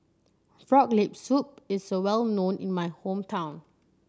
Frog Leg Soup is a well known in my hometown